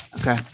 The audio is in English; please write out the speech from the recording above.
Okay